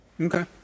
Okay